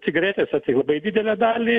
cigaretės labai didelę dalį